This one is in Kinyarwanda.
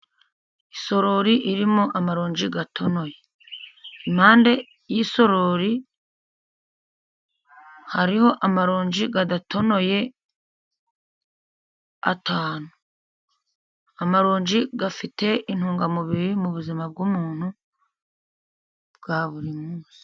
Isorori irimo amaronji atonoye. Impande y'isorori hariho amaronji adatonoye atanu. Amaronji afite intungamubiri mu buzima bw'umuntu bwa buri munsi.